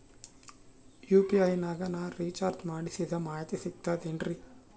UPI ನಾಗ ನಾ recharge ಮಾಡಿಸಿದ ಮಾಹಿತಿ ಸಿಕ್ತದೆ ಏನ್ರಿ?